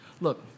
Look